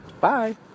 Bye